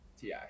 Ti